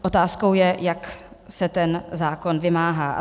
Otázkou je, jak se ten zákon vymáhá.